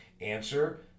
Answer